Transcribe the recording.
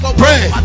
pray